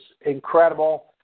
incredible